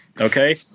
okay